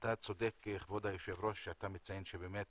אתה צודק, כבוד היושב ראש, שאתה מציין שבאמת